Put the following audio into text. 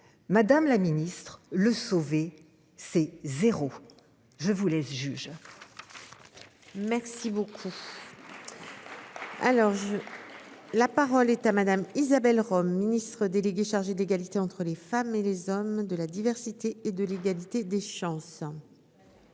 Madame la Ministre le sauver c'est zéro. Je vous laisse juge. Merci beaucoup. La parole est à madame Isabelle Rome, ministre déléguée chargée de l'égalité entre les femmes et les hommes de la diversité et de l'égalité des chances.